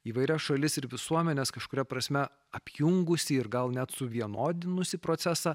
įvairias šalis ir visuomenes kažkuria prasme apjungusį ir gal net suvienodinusį procesą